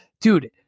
dude